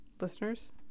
listeners